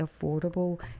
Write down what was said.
Affordable